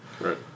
right